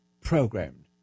programmed